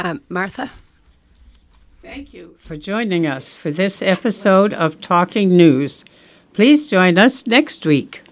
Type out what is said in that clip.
martha thank you for joining us for this episode of talking news please join us next week